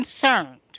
concerned